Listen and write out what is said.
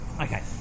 Okay